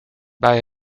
bij